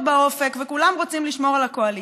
באופק וכולם רוצים לשמור על הקואליציה,